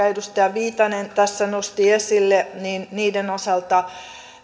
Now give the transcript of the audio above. edustaja viitanen tässä nosti esille autotallit autotallien osalta